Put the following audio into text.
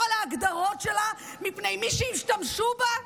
על ההגדרות שלה מפני מי שישתמשו בה,